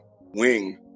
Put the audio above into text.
wing